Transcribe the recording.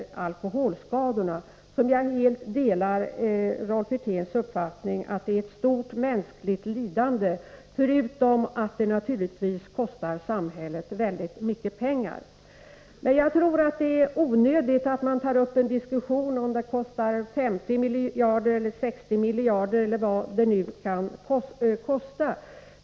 Jag vill framhålla att jag helt delar hans uppfattning, att de innebär ett stort mänskligt lidande, förutom att de naturligtvis kostar samhället väldigt mycket pengar. Men jag tror att det är onödigt att ta upp en diskussion om huruvida det kostar 50 eller 60 miljarder, eller vad det nu kan kosta.